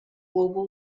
global